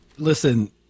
Listen